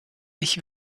ich